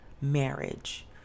marriage